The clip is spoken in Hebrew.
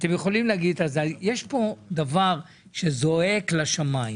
יש פה דבר שזועק לשמיים,